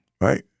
right